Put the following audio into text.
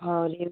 और ये